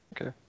Okay